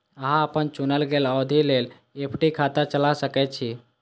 अहां अपन चुनल गेल अवधि लेल एफ.डी खाता चला सकै छी